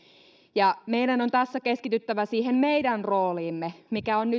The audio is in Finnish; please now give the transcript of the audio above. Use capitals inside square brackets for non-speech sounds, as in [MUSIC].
meidän on tässä keskityttävä siihen meidän rooliimme mikä on [UNINTELLIGIBLE]